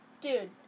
Dude